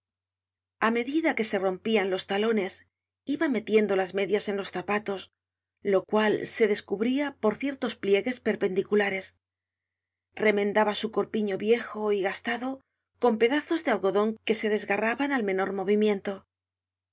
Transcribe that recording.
a medida que se rompian los talones iba metiendo las medias en los zapatos lo cual se descubría por ciertos pliegues perpendiculares remendaba su corpiño viejo y gastado con pedazos de algodon que se desgarraban al menor movimiento